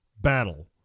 battle